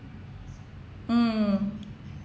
mm